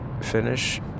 finish